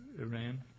Iran